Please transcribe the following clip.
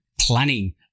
planning